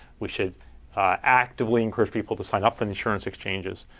we should actively encourage people to sign up for insurance exchanges.